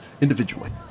individually